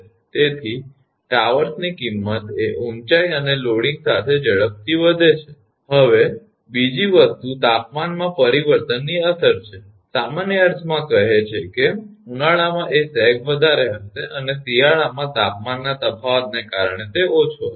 તેથી ટાવર્સની કિંમત એ ઊંચાઇ અને લોડિંગ સાથે ઝડપથી વધે છે હવે બીજી વસ્તુ તાપમાનમાં પરિવર્તનની અસર છે સામાન્ય અર્થમાં કહે છે કે ઉનાળામાં એ સેગ વધારે હશે અને શિયાળમાં તાપમાનના તફાવતને કારણે તે ઓછો થશે